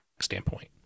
standpoint